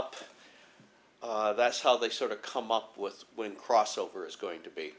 things up that's how they sort of come up with crossover is going to be